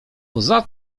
poza